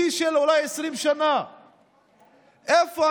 שיא של אולי 20 שנה.